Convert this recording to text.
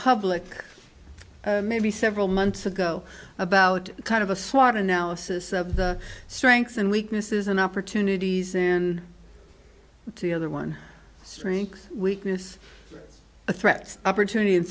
public maybe several months ago about kind of a swab analysis of the strengths and weaknesses and opportunities in the other one strength weakness the threats opportunity and